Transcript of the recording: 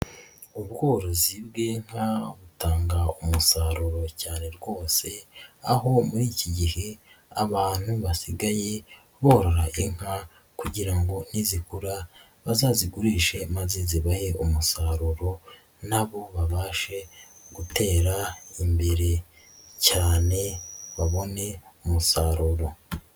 Ubworozi bw'inka butanga umusaruro cyane rwose, aho muri iki gihe abantu basigaye borora inka kugira ngo nizigura bazazigurishe maze zibahe umusaruro na bo babashe gutera imbere cyane babone umusaruro.